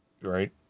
Right